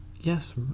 yes